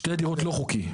שתי דירות לא חוקי.